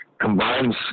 combines